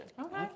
Okay